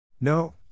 No